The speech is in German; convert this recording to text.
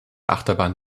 achterbahn